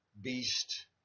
beast